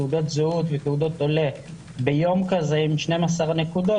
תעודות זהות ותעודות עולה ביום כזה עם 12 הנקודות